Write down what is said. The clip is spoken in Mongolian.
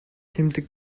тэмдэг